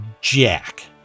Jack